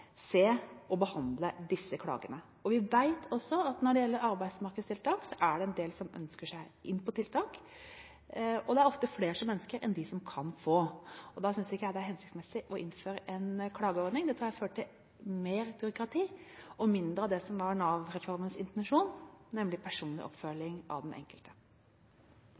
behandle disse klagene. Vi vet også at når det gjelder arbeidsmarkedstiltak, er det en del som ønsker seg inn på tiltak, og det er ofte flere som ønsker det, enn de som kan få. Da synes ikke jeg det er hensiktsmessig å innføre en klageordning. Det tror jeg vil føre til mer byråkrati og mindre av det som var Nav-reformens intensjon, nemlig personlig oppfølging av den enkelte.